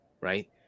right